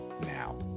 now